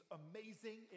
amazing